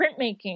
printmaking